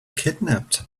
kidnapped